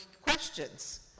questions